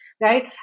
Right